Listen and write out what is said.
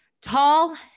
tall